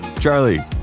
Charlie